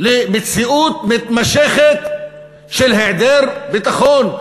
למציאות מתמשכת של היעדר ביטחון,